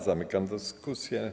Zamykam dyskusję.